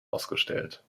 ausgestellt